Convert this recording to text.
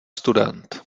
student